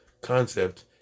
concept